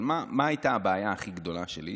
אבל מה הייתה הבעיה הכי גדולה שלי?